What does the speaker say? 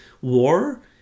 War